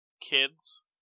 kids